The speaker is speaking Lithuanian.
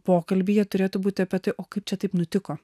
pokalbyje turėtų būti apie tai o kaip čia taip nutiko